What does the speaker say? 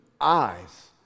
eyes